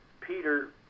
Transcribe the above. Peter